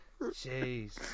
Jeez